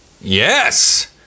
Yes